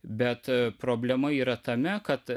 bet problema yra tame kad